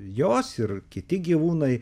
jos ir kiti gyvūnai